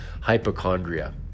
hypochondria